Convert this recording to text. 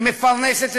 היא מפרנסת אזרחים,